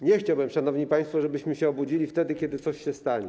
Nie chciałbym, szanowni państwo, żebyśmy się obudzili wtedy, kiedy coś się stanie.